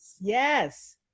Yes